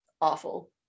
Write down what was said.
awful